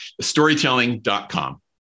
storytelling.com